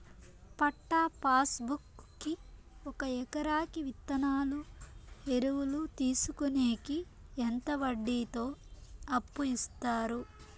పట్టా pass book కి ఒక ఎకరాకి విత్తనాలు, ఎరువులు తీసుకొనేకి ఎంత వడ్డీతో అప్పు ఇస్తారు?